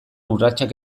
urratsak